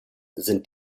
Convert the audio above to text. sind